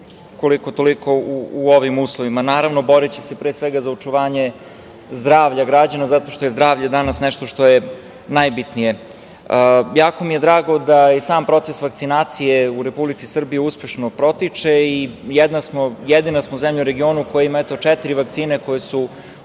koliko toliko u ovim uslovima. Naravno boreći se pre svega za očuvanje zdravlja građana zato što je zdravlje danas nešto što je najbitnije. Jako mi je drago da i sam proces vakcinacije u Republici Srbiji uspešno protiče i jedina smo zemlja u regionu koja ima četiri vakcine koje su